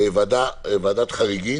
ועדת חריגים.